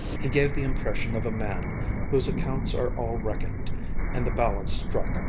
he gave the impression of a man whose accounts are all reckoned and the balance struck,